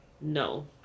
no